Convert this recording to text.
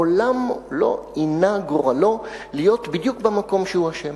מעולם לא אינה גורלו להיות בדיוק במקום שהוא אשם,